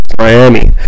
Miami